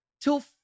till